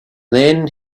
then